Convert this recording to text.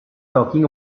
talking